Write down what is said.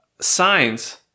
signs